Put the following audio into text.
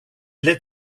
lit